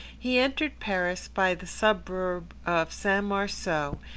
he entered paris by the suburb of st. marceau,